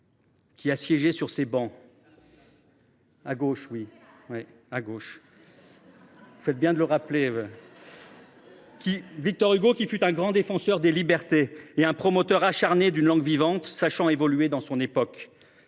qui a siégé sur ces travées… Ici ! À gauche, oui. Vous faites bien de le rappeler ! Selon Victor Hugo, qui fut un grand défenseur des libertés et un promoteur acharné d’une langue vivante, sachant évoluer dans son époque,